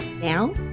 now